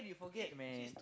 forget man